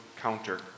counter